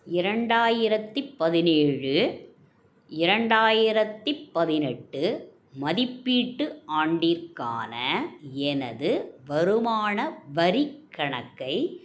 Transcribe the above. இரண்டாயிரத்தி பதினேழு இரண்டாயிரத்தி பதினெட்டு மதிப்பீட்டு ஆண்டிற்கான எனது வருமான வரிக் கணக்கை